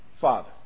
Father